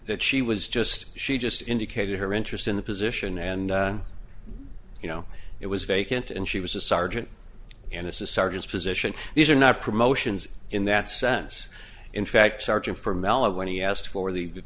that she was just she just indicated her interest in the position and you know it was vacant and she was a sergeant and this is sergeants position these are not promotions in that sense in fact charging for melo when he asked for the